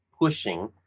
pushing